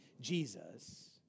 Jesus